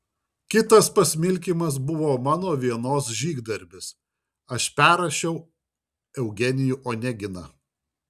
kitas pasmilkymas buvo mano vienos žygdarbis aš perrašiau eugenijų oneginą